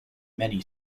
many